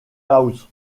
house